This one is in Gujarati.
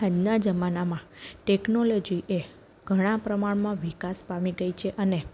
આજનાં જમાનામાં ટેક્નોલોજી એ ઘણા પ્રમાણમાં વિકાસ પામી ગઈ છે અને